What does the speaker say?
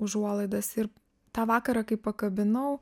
užuolaidas ir tą vakarą kai pakabinau